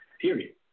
period